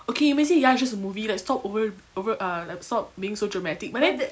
ookay you may say ya it's just a movie like stop over over uh stop being so dramatic but then